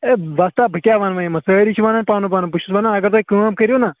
ہےوۄستا بہٕ کیٛاہ وَنہٕ وۄنۍ یِمَن سٲری چھِ وَنان پَنُن پَنُن بہٕ چھُس وَنان اگر تُہۍ کٲم کٔرِو نا